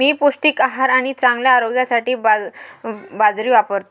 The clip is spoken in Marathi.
मी पौष्टिक आहार आणि चांगल्या आरोग्यासाठी बाजरी वापरतो